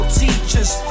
teachers